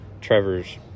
Trevor's